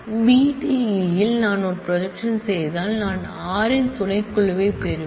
B D E இல் நான் ஒரு ப்ரொஜெக்க்ஷன் செய்தால் நான் r இன் சப் செட் பெறுவேன்